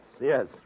yes